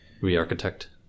re-architect